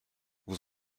vous